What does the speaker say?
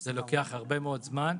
וזה לוקח הרבה מאוד זמן.